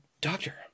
doctor